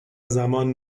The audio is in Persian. زمان